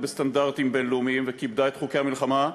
בסטנדרטים בין-לאומיים ומכבדת את חוקי המלחמה,